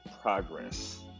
progress